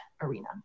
arena